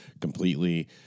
completely